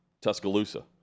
Tuscaloosa